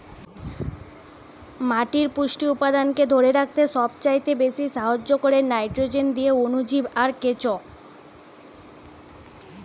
মাটির পুষ্টি উপাদানকে ধোরে রাখতে সবচাইতে বেশী সাহায্য কোরে নাইট্রোজেন দিয়ে অণুজীব আর কেঁচো